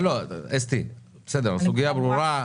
אסתי, הסוגיה ברורה.